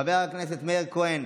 חבר הכנסת מאיר כהן,